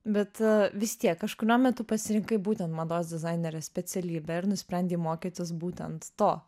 bet vis tiek kažkuriuo metu pasirinkai būtent mados dizainerės specialybę ir nusprendei mokytis būtent to